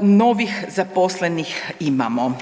novih zaposlenih imamo.